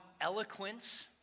eloquence